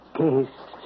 case